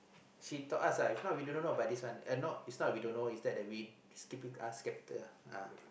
she thought us uh if not we don't know about this one uh is not we don't know is that we stupid ask capital